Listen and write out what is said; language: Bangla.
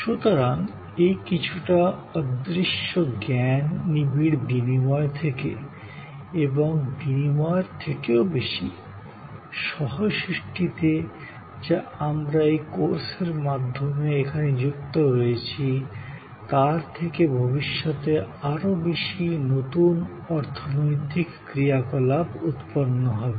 সুতরাং এই কিছুটা অদৃশ্য জ্ঞান নিবিড় বিনিময় থেকে এবং বিনিময়ের থেকে বেশি সহ সৃষ্টিতে যা আমরা এই কোর্সের মাধ্যমে এখানে নিযুক্ত রয়েছি তার থেকে ভবিষ্যতে আরও বেশি নতুন অর্থনৈতিক ক্রিয়াকলাপ উৎপন্ন হবে